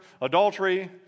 adultery